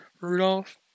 Rudolph